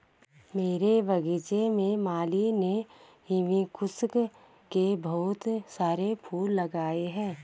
मेरे बगीचे में माली ने हिबिस्कुस के बहुत सारे फूल लगाए हैं